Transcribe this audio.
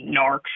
Narc